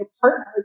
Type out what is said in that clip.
partners